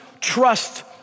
trust